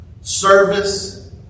service